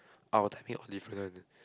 our timing all different one leh